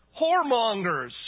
whoremongers